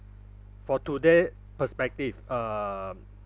for to their perspective um